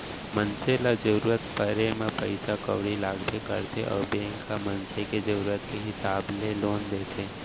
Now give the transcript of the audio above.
मनसे ल जरूरत परे म पइसा कउड़ी लागबे करथे अउ बेंक ह मनसे के जरूरत के हिसाब ले लोन देथे